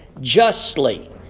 justly